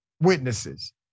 witnesses